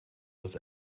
was